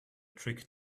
trick